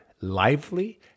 lively